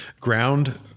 ground